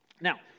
Now